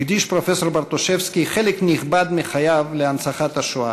הקדיש פרופסור ברטושבסקי חלק נכבד מחייו להנצחת זכר השואה.